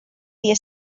dia